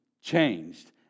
changed